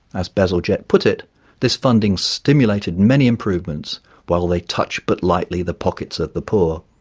as bazalgette put it this funding stimulated many improvements while they touch but lightly the pockets of the poor.